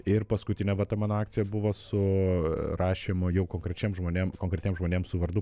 ir paskutinė va ta mano akcija buvo su rašymu jau konkrečiem žmonėm konkretiem žmonėm su vardu